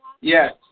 Yes